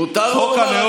מותר לו לומר.